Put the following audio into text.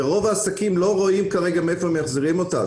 ורוב העסקים לא רואים כרגע מאיפה הם מחזירים אותה.